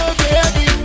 baby